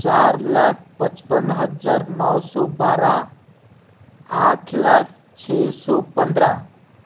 चार लाख पचपन हज्जार नौ सौ बारह आठ लाख छः सौ पन्द्रह